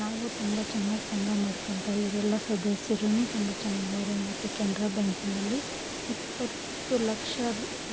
ನಾವು ತುಂಬ ಚೆನ್ನಾಗ್ ಸಂಘ ಮಾಡ್ಕೊಂತಾ ಎಲ್ಲ ಸದಸ್ಯರು ತುಂಬ ಚೆನ್ನಾಗವ್ರೆ ಮತ್ತು ಕೆನರ ಬ್ಯಾಂಕ್ನಲ್ಲಿ ಇಪ್ಪತ್ತು ಲಕ್ಷ